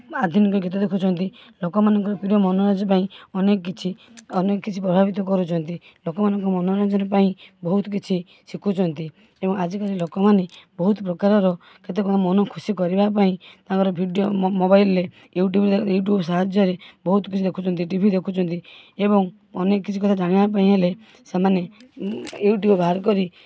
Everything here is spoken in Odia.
ଆଧୁନିକ ଗୀତ ଦେଖୁଛନ୍ତି ଲୋକମାନଙ୍କର ପ୍ରିୟ ମନୋରଞ୍ଜନ ପାଇଁ ଅନେକ କିଛି ଅନେକ କିଛି ପ୍ରଭାବିତ କରୁଛନ୍ତି ଲୋକମାନଙ୍କ ମନୋରଞ୍ଜନ ପାଇଁ ବହୁତ କିଛି ଶିଖୁଛନ୍ତି ଏବଂ ଆଜି କାଲି ଲୋକମାନେ ବହୁତ ପ୍ରକାରର କେତେକ ମନ ଖୁସି କରବା ପାଇଁ ତାଙ୍କର ଭିଡ଼ିଓ ମୋବାଇଲ୍ରେ ୟୁଟ୍ୟୁବ୍ ୟୁଟ୍ୟୁବ୍ ସାହାଯ୍ୟରେ ବହୁତ କିଛି ଦେଖୁଛନ୍ତି ଟିଭି ଦେଖୁଛନ୍ତି ଏବଂ ଅନେକ କିଛି କଥା ଜାଣିବା ପାଇଁ ହେଲେ ସେମାନେ ୟୁଟ୍ୟୁବ୍ ବାହାର କରି